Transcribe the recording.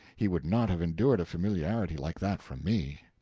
he would not have endured a familiarity like that from me.